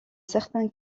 certains